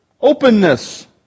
Openness